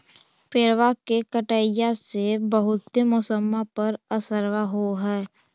पेड़बा के कटईया से से बहुते मौसमा पर असरबा हो है?